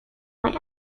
why